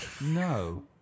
No